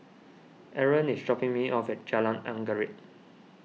Aron is dropping me off at Jalan Anggerek